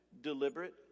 deliberate